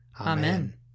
Amen